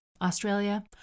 Australia